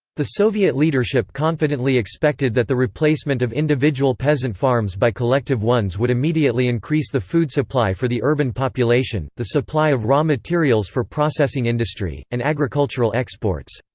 the soviet leadership confidently expected that the replacement of individual peasant farms by collective ones would immediately increase the food supply for the urban population, the supply of raw materials for processing industry, and agricultural exports.